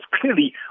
clearly